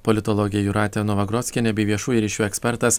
politologė jūratė novagrockienė bei viešųjų ryšių ekspertas